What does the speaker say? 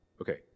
Okay